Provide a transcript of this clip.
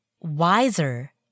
wiser